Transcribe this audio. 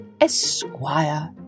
Esquire